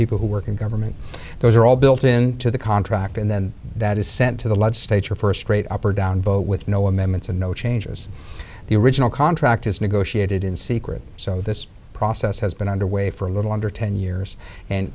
people who work in government those are all built into the contract and then that is sent to the lead stage or for a straight up or down vote with no amendments and no changes the original contract is negotiated in secret so this process has been underway for a little under ten years and